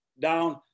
down